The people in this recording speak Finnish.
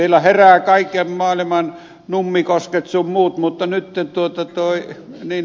siellä heräävät kaiken maailman nummikosket sun muut mutta eivät nyt